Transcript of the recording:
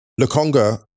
Lukonga